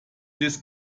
des